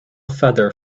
feather